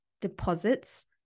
deposits